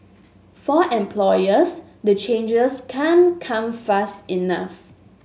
for employers the changes can't come fast enough